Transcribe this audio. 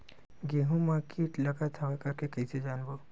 गेहूं म कीट लगत हवय करके कइसे जानबो?